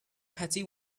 petty